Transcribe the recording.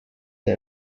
der